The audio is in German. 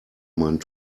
meinen